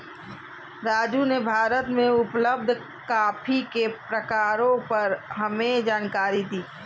राजू ने भारत में उपलब्ध कॉफी के प्रकारों पर हमें जानकारी दी